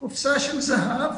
קופסה של זהב.